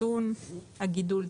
הקיטון והגידול,